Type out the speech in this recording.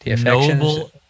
noble